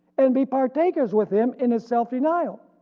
and be partakers with him in his self-denial.